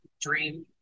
dream